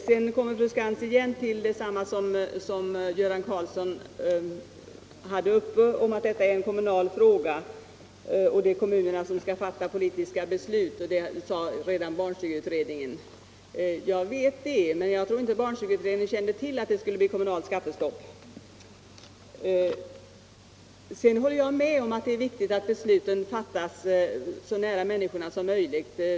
Sedan kommer fru Skantz in på samma argument som herr Karlsson i Huskvarna, att detta är en kommunal fråga, att kommunerna skall fatta de politiska besluten och att redan barnstugeutredningen sade det. Jag vet det, men jag tror inte att barnstugeutredningen kände till att det skulle bli ett kommunalt skattestopp. Jag håller med om att det är viktigt att besluten fattas så nära människorna som möjligt.